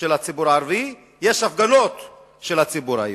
של הציבור הערבי, ויש הפגנות של הציבור היהודי.